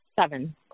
Seven